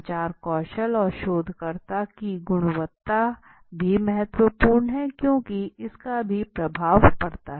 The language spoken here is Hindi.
संचार कौशल और शोधकर्ता की गुणवत्ता भी महत्वपूर्ण है क्योंकि इसका भी प्रभाव पड़ता है